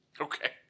Okay